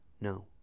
No